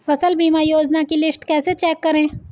फसल बीमा योजना की लिस्ट कैसे चेक करें?